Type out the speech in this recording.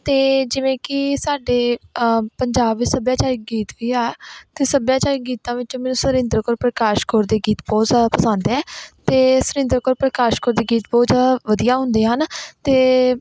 ਅਤੇ ਜਿਵੇਂ ਕਿ ਸਾਡੇ ਪੰਜਾਬ ਵਿੱਚ ਸੱਭਿਆਚਾਰਿਕ ਗੀਤ ਵੀ ਆ ਅਤੇ ਸੱਭਿਆਚਾਰਕ ਗੀਤਾਂ ਵਿੱਚੋਂ ਮੈਨੂੰ ਸੁਰਿੰਦਰ ਕੌਰ ਪ੍ਰਕਾਸ਼ ਕੌਰ ਦੇ ਗੀਤ ਬਹੁਤ ਜ਼ਿਆਦਾ ਪਸੰਦ ਹੈ ਅਤੇ ਸੁਰਿੰਦਰ ਕੌਰ ਪ੍ਰਕਾਸ਼ ਕੌਰ ਦੇ ਗੀਤ ਬਹੁਤ ਜ਼ਿਆਦਾ ਵਧੀਆ ਹੁੰਦੇ ਹਨ ਅਤੇ